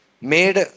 made